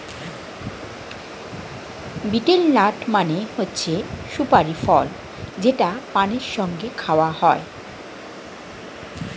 betel nut মানে হচ্ছে সুপারি ফল যেটা পানের সঙ্গে খাওয়া হয়